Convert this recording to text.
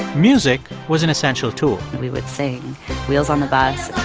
music was an essential tool we would sing wheels on the bus.